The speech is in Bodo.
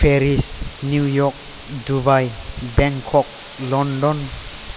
Paris New York Dubai Bangkok London